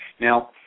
Now